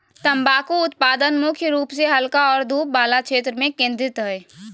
तम्बाकू उत्पादन मुख्य रूप से हल्का और धूप वला क्षेत्र में केंद्रित हइ